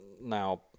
Now